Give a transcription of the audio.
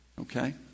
Okay